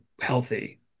healthy